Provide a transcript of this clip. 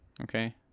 Okay